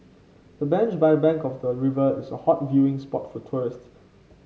the bench by the bank of the river is a hot viewing spot for tourists